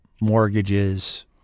mortgages